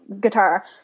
guitar